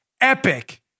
epic